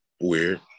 weird